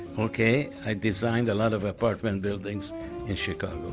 ok, i designed a lot of ah but but and buildings in chicago,